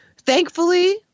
Thankfully